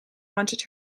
wanted